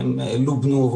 והם לובנו,